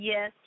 Yes